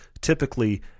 typically